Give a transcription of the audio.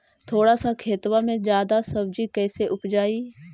थोड़ा सा खेतबा में जादा सब्ज़ी कैसे उपजाई?